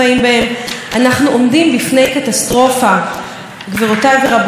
גבירותיי ורבותיי, יש לנו 12 שנים למנוע אותה.